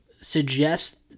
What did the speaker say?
suggest